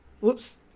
Whoops